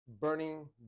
burning